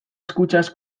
escuchas